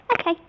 Okay